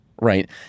right